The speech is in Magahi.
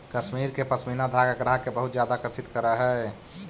कश्मीर के पशमीना धागा ग्राहक के बहुत ज्यादा आकर्षित करऽ हइ